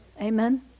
Amen